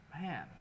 Man